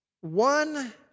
One